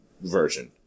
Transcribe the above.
version